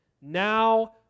Now